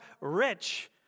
rich